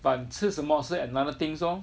but 吃什么是 another things lor